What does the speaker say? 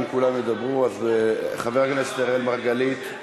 אם כולם ידברו אז, חבר הכנסת אראל מרגלית.